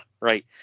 right